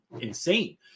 insane